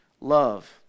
love